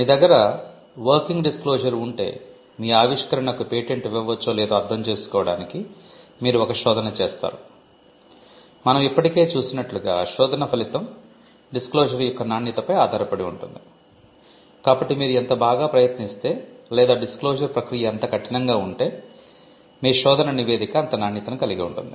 మీ దగ్గర working disclosure ప్రక్రియ ఎంత కఠినంగా ఉంటే మీ శోధన నివేదిక అంత నాణ్యతను కలిగి ఉంటుంది